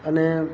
અને